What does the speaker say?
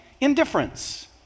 indifference